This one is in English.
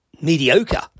mediocre